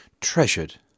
treasured